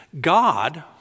God